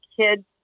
kids